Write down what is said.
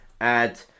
add